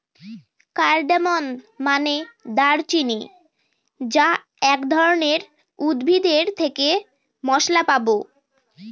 cardamom মানে দারুচিনি যা এক ধরনের উদ্ভিদ এর থেকে মসলা পাবো